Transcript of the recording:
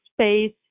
space